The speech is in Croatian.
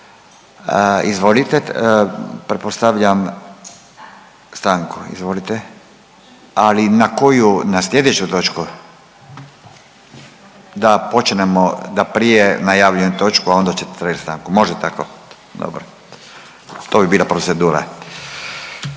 Izvolite pretpostavljam stanku. Izvolite. Ali na koju na sljedeću točku? Da počnemo, da prije najavljujem točku, a onda ćete tražit stanku. Može tako? Dobro. To bi bila procedura.